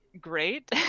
great